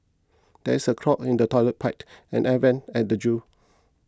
there is a clog in the Toilet Pipe and the Air Vents at the zoo